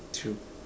true